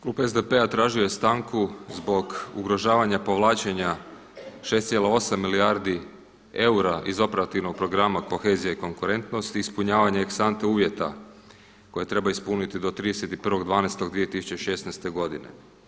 Klub SDP-a tražio je stanku zbog ugrožavanja povlačenja 6,8 milijardi eura iz Operativnog programa kohezije i konkurentnosti, ispunjavanje ex anta uvjeta koje treba ispuniti do 31.12.2016. godine.